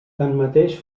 tanmateix